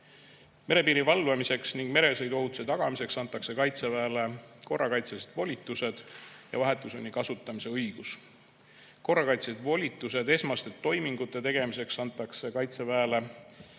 Merepiiri valvamiseks ning meresõiduohutuse tagamiseks antakse Kaitseväele korrakaitselised volitused ja vahetu sunni kasutamise õigus. Korrakaitselised volitused esmaste toimingute tegemiseks antakse Kaitseväele